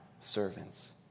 servants